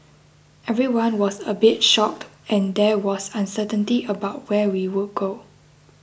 everyone was a bit shocked and there was uncertainty about where we would go